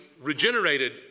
regenerated